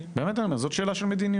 באמת אני אומר, זאת שאלה של מדיניות.